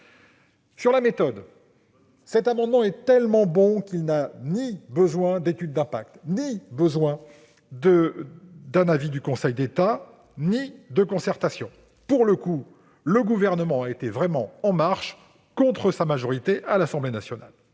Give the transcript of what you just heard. Sur la méthode, cet amendement est tellement bon qu'il n'a besoin ni d'étude d'impact, ni d'un avis du Conseil d'État, ni de concertation. Pour le coup, le Gouvernement a été vraiment « en marche » contre sa majorité à l'Assemblée nationale.